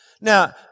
Now